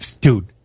Dude